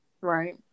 right